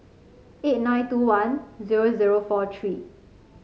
eight nine two one zero zero four three